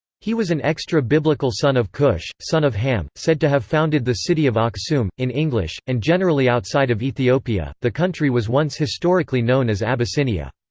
he was an extra-biblical son of cush, son of ham, said to have founded the city of axum in english, and generally outside of ethiopia, the country was once historically known as abyssinia.